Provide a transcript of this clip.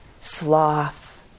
sloth